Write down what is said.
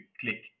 click